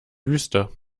wüste